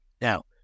Now